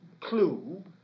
clue